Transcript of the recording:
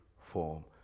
form